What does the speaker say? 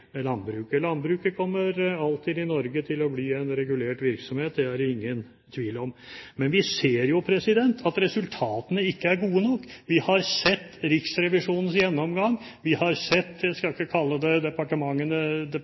Landbruket i Norge kommer alltid til å være en regulert virksomhet, det er det ingen tvil om. Men vi ser jo at resultatene ikke er gode nok. Vi har sett Riksrevisjonens gjennomgang, vi har sett – jeg skal ikke kalle det